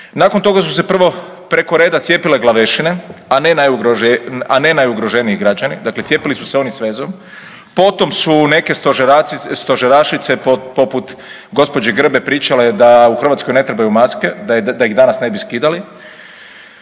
Nakon toga su se prvo preko reda cijepile glavešine, a ne najugroženiji građani, dakle cijepili su se oni s vezom, potom su neke stožerašice poput gđe. Grbe pričale da u Hrvatskoj ne trebaju maske, da ih danas ne bi skidali.